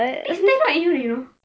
they stare down at you you know